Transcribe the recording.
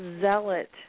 zealot